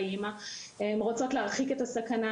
רוצות להרחיק את הסכנה,